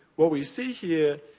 what we see here,